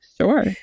Sure